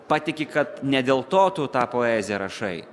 patiki kad ne dėl to tu tą poeziją rašai